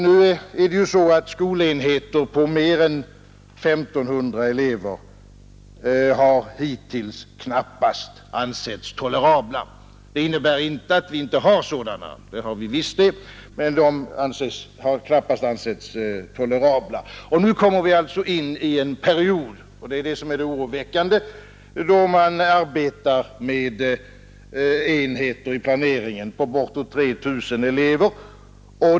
Nu är det ju så, att skolenheter på mer än 1 500 elever hittills knappast har ansetts tolerabla. Det innebär dock inte att vi inte har sådana — det har vi visst — men de har knappast ansetts tolerabla. Nu kommer vi in i en period — och det är det som är oroväckande — då man i planeringen arbetar med enheter på bortåt 3 000 elever.